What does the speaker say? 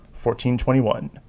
1421